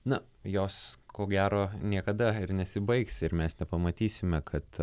na jos ko gero niekada nesibaigs ir mes nepamatysime kad